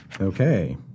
Okay